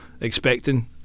expecting